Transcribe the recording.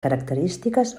característiques